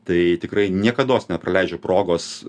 tai tikrai niekados nepraleidžiu progos